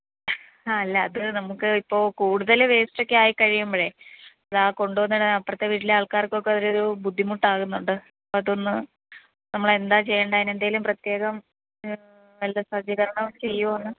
അല്ല അത് നമുക്ക് ഇപ്പോൾ കൂടുതൽ വേസ്റ്റ് ഒക്കെ ആയിക്കഴിയുമ്പഴേ അതാ കൊണ്ടുവന്നിടാൻ അപ്പുറത്തെ വീട്ടിലെ ആൾക്കാർക്കൊക്കെ ഒരൂ ബുദ്ധിമുട്ടാകുന്നുണ്ട് അതൊന്ന് നമ്മൾ എന്താ ചെയ്യണ്ടത് അതിനെന്തെലും പ്രത്യേകം വല്ല സജ്ജീകരണം ചെയ്യുമൊന്ന്